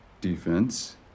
defense